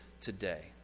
today